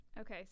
Okay